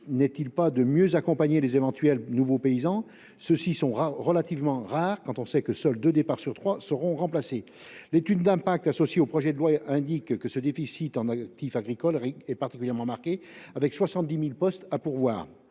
N’est il pas de mieux accompagner les nouveaux paysans ? Ceux ci sont relativement rares : seuls deux départs sur trois seront remplacés. L’étude d’impact associée au projet de loi indique que ce déficit d’actifs agricoles est particulièrement marqué, 70 000 postes étant à pourvoir.